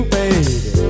baby